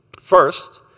First